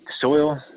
soil